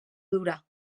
dura